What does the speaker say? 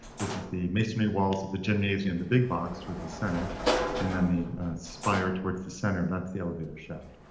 this is the masonry walls of the gymnasium. the big box with the center and then the spire towards the center. that's the elevator shaft,